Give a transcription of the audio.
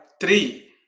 three